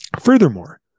Furthermore